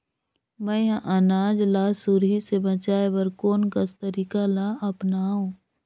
मैं ह अनाज ला सुरही से बचाये बर कोन कस तरीका ला अपनाव?